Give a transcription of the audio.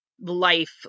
life